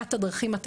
שלום לכולם,